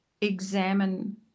examine